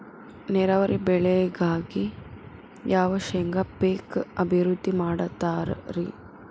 ನೇರಾವರಿ ಬೆಳೆಗಾಗಿ ಯಾವ ಶೇಂಗಾ ಪೇಕ್ ಅಭಿವೃದ್ಧಿ ಮಾಡತಾರ ರಿ?